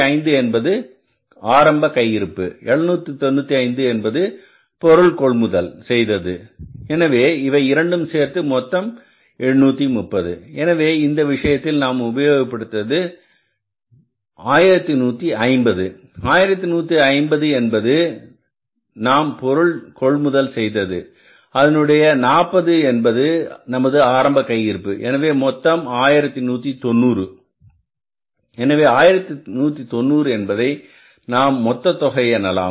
35 என்பது ஆரம்ப கையிருப்பு 795 என்பது நாம் பொருள் கொள்முதல் செய்தது எனவே இவை இரண்டும் சேர்ந்து மொத்தம் எத்தனை 830 எனவே இந்த விஷயத்தில் நாம் உபயோகப்படுத்தியது 1150 1150 என்பது நாம் பொருள் கொள்முதல் செய்தது அதனுடைய 40 என்பது நமது ஆரம்ப கையிருப்பு எனவே மொத்தம் 1190 எனவே 1190 என்பதை நாம் மொத்தத் தொகை எனலாம்